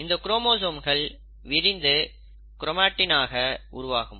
இந்த குரோமோசோம்கள் விரிந்து க்ரோமாட்டின் ஆக உருவாகும்